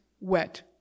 wet